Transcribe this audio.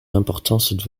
l’importance